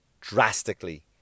drastically